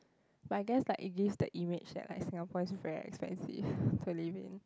but I guess like it gives the image that like Singapore is very expensive to live in